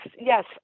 yes